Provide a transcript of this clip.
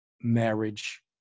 marriage